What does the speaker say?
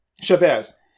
Chavez